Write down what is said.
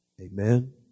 Amen